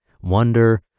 wonder